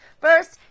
First